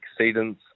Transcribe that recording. Exceedance